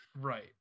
right